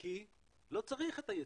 כי לא צריך את היצוא,